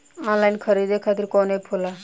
Online खरीदे खातीर कौन एप होला?